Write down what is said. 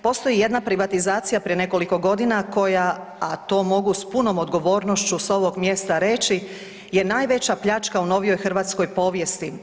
Postoji jedna privatizacija prije nekoliko godina, koja, a to mogu s punom odgovornošću s ovog mjesta reći je najveća pljačka u novijoj hrvatskoj povijesti.